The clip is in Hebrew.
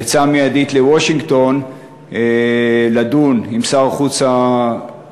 יצאה מיידית לוושינגטון לדון עם שר החוץ האמריקני,